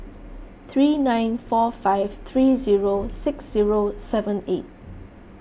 three nine four five three zero six zero seven eight